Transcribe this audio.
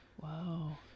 Wow